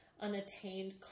unattained